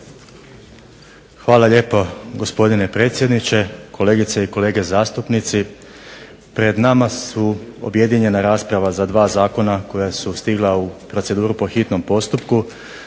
Hvala lijepo, gospodine predsjedniče. Kolegice i kolege zastupnici. Pred nama je objedinjena rasprava za dva zakona koja su stigla u proceduru po hitnom postupku